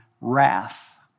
wrath